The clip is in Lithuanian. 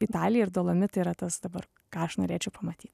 italija ir dolomitai yra tas dabar ką aš norėčiau pamatyt